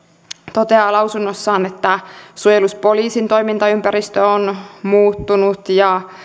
toteaa lausunnossaan että suojelupoliisin toimintaympäristö on muuttunut ja